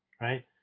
right